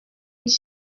iki